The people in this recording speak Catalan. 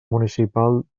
municipal